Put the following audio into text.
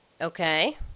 Okay